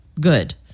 good